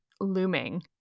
looming